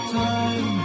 time